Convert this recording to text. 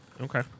Okay